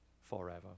forever